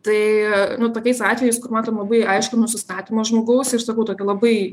tai nu tokiais atvejais kur matom labai aiškų nusistatymą žmogaus ir sakau tokį labai